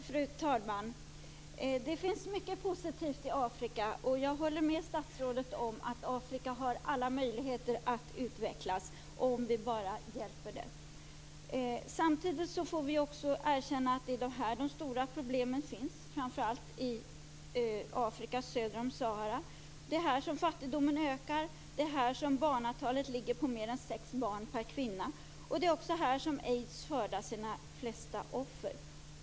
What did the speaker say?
Fru talman! Det finns mycket positivt i Afrika. Jag håller med statsrådet om att Afrika har alla möjligheter att utvecklas om vi bara hjälper det. Samtidigt får vi också erkänna att det är här de stora problemen finns, framför allt i Afrika söder om Sahara. Det är här som fattigdomen ökar, som antalet barn ligger på mer än sex barn per kvinna och som aids skördar sina flesta offer.